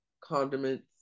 condiments